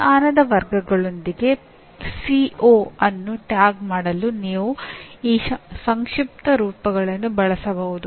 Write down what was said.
ಜ್ಞಾನದ ವರ್ಗಗಳೊಂದಿಗೆ ಸಿಒ ಅನ್ನು ಟ್ಯಾಗ್ ಮಾಡಲು ನೀವು ಈ ಸಂಕ್ಷಿಪ್ತ ರೂಪಗಳನ್ನು ಬಳಸಬಹುದು